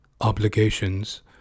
obligations